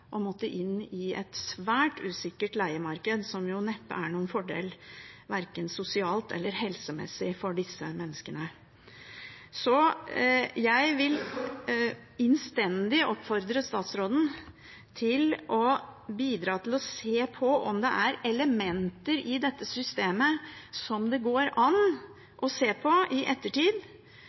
og de må inn i et svært usikkert leiemarked, som neppe er noen fordel, verken sosialt eller helsemessig, for disse menneskene. Jeg vil innstendig oppfordre statsråden til å bidra til å se på om det er elementer i dette systemet som det går an å se på i ettertid